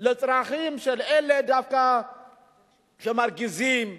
לצרכים של אלה שמרגיזים דווקא,